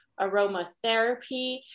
aromatherapy